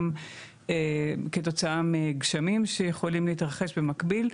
גם כתוצאה מגשמים שיכולים להתרחש במקביל.